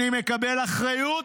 אני מקבל אחריות,